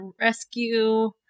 rescue